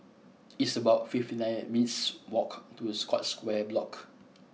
it's about fifty nine and minutes' walk to Scotts Square Block